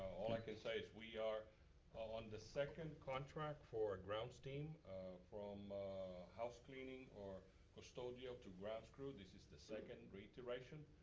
all i can say is we are on the second contract for a grounds team from housecleaning or custodial to grounds crew. this is the second reiteration.